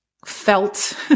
felt